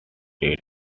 date